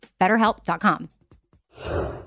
BetterHelp.com